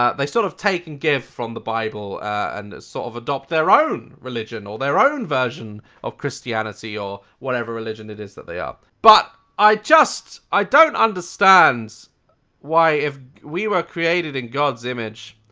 um they sort of take and give from the bible and sort so of adopt their own religion or their own version of christianity or whatever religion it is that they are. but i just. i don't understand why if we were created in god's image.